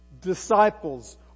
disciples